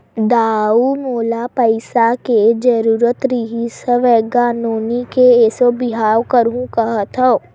दाऊ मोला पइसा के जरुरत रिहिस हवय गा, नोनी के एसो बिहाव करहूँ काँहत हँव